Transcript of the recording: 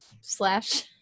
slash